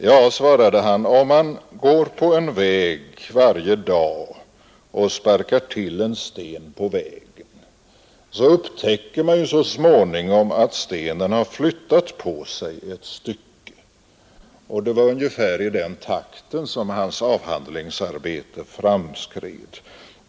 ”Ja”, svarade han, ”om man går på en väg varje dag och sparkar till en sten på vägen, så upptäcker man ju så småningom att stenen har flyttat på sig ett stycke.” Och det var ungefär i den takten som hans avhandlingsarbete framskred.